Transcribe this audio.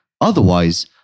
Otherwise